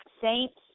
saints